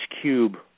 cube